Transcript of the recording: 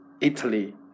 Italy